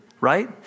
right